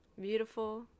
Beautiful